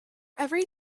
every